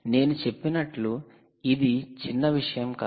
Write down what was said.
నేను చెప్పినట్లు ఇది చిన్నవిషయం కాదు